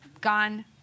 gone